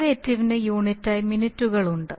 ഡെറിവേറ്റീവിന് യൂണിറ്റായി മിനിറ്റുകളുണ്ട്